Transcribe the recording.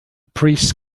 priest